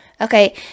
Okay